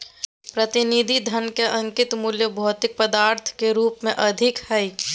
प्रतिनिधि धन के अंकित मूल्य भौतिक पदार्थ के रूप में अधिक हइ